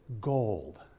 gold